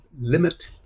limit